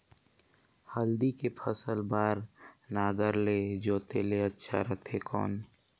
हल्दी के फसल बार नागर ले जोते ले अच्छा रथे कौन?